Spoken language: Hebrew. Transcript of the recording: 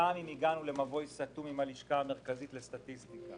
גם אם הגענו למבוי סתום עם הלשכה המרכזית לסטטיסטיקה